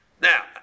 Now